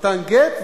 למתן גט,